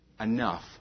enough